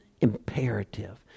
imperative